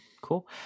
Cool